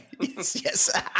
Yes